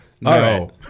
no